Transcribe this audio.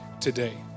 today